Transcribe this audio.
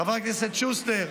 חבר הכנסת שוסטר,